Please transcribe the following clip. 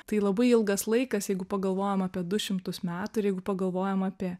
tai labai ilgas laikas jeigu pagalvojam apie du šimtus metų ir jeigu pagalvojam apie